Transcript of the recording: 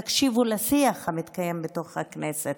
תקשיבו לשיח שמתקיים בתוך הכנסת,